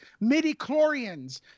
midi-chlorians